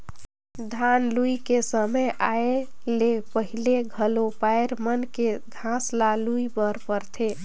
धान लूए के समे आए ले पहिले घलो पायर मन के घांस ल लूए बर परथे